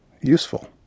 useful